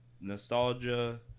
nostalgia